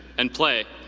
and play